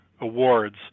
awards